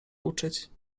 uczyć